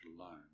alone